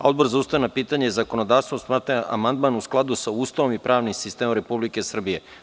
Odbor za ustavna pitanja i zakonodavstvo smatra da je amandman u skladu sa Ustavom i pravnim sistem Republike Srbije.